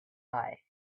eye